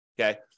okay